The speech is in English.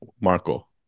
Marco